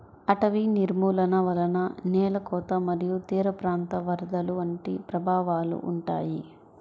అటవీ నిర్మూలన వలన నేల కోత మరియు తీరప్రాంత వరదలు వంటి ప్రభావాలు ఉంటాయి